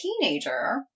teenager